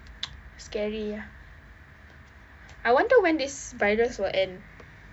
scary ah I wonder when this virus will end